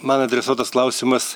man adresuotas klausimas